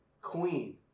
Queen